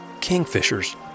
Kingfishers